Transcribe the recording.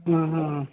ఆహా